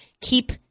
keep